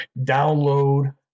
download